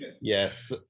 yes